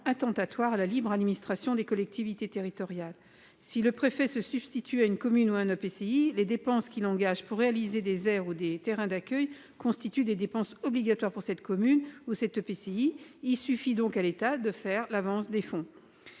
attentatoire à la libre administration des collectivités territoriales. Si le préfet se substitue à une commune ou à un EPCI, les dépenses qu'il engage pour réaliser des aires ou des terrains d'accueil constituent des dépenses obligatoires pour cette commune ou cet EPCI. Il suffit donc à l'État de faire l'avance des fonds.